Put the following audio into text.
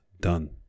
done